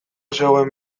zegoen